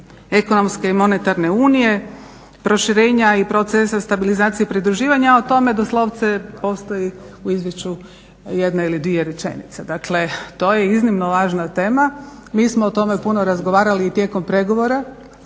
ekonomske i monetarne unije, proširenja i procesa stabilizacije i pridruživanja o tome, doslovce postoji u izvješću jedna ili dvije rečenice. Dakle to je iznimno važna tema, mi smo o tome puno razgovarali i tijekom pregovora.